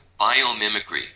Biomimicry